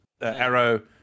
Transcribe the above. Arrow